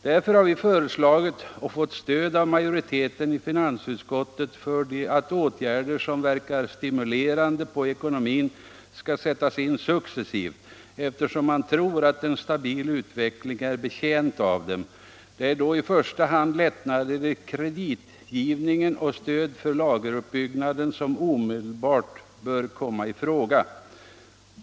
Därför har vi föreslagit och fått stöd av majoriteten i finansutskottet för att åtgärder som verkar stimulerande på ekonomin skall sättas in successivt, allteftersom man tror att en stabil utveckling är betjänt av dem. Det är då i första hand lättnader i kreditgivningen och stöd för lageruppbyggnaden som omedelbart bör komma i fråga.